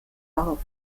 auf